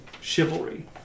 chivalry